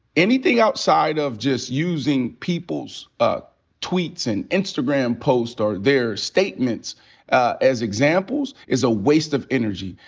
anything outside of just using people's ah tweets and instagram posts or their statements as examples is a waste of energy.